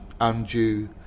undue